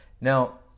Now